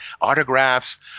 autographs